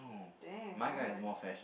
dang alright